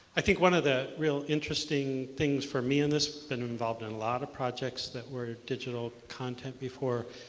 i think one of the real interesting things for me in this i've been involved in a lot of projects that were digital content before.